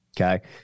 Okay